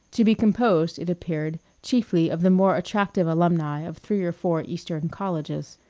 to be composed, it appeared, chiefly of the more attractive alumni of three or four eastern colleges.